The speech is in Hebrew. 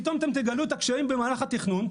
פתאום אתם תגלו את הקשיים במהלך התכנון,